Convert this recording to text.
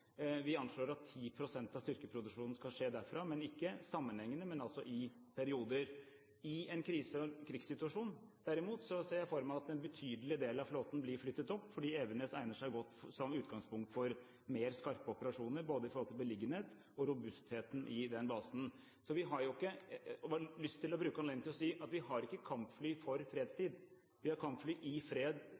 Vi anslår at 10 pst. av styrkeproduksjonen skal skje derfra, ikke sammenhengende, men altså i perioder. I en krigssituasjon derimot ser jeg for meg at en betydelig del av flåten blir flyttet opp fordi Evenes egner seg godt som utgangspunkt for mer skarpe operasjoner når det gjelder både beliggenhet og robusthet i den basen. Jeg har bare lyst til å bruke anledningen til å si at vi har ikke kampfly for fredstid. Vi har kampfly i fred